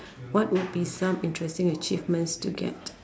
what would be some interesting achievements to get